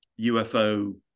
UFO